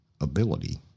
ability